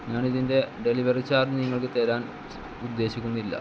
ഞാൻ ഇതിൻ്റെ delivery charge നിങ്ങൾക്ക് തരാൻ ഉദ്ദേശിക്കുന്നില്ല